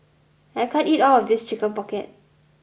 I can't eat all of this Chicken Pocket